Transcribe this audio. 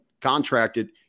contracted